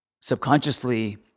subconsciously